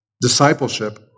Discipleship